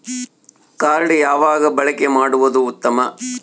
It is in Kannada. ಕಾರ್ಡ್ ಯಾವಾಗ ಬಳಕೆ ಮಾಡುವುದು ಉತ್ತಮ?